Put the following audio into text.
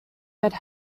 had